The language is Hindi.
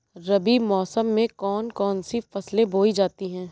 रबी मौसम में कौन कौन सी फसलें बोई जाती हैं?